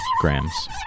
grams